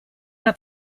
una